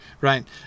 right